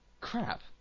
crap